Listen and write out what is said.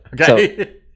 okay